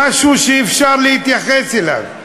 משהו שאפשר להתייחס אליו.